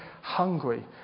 hungry